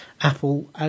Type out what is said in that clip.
Apple